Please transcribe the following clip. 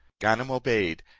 ganem obeyed,